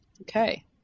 Okay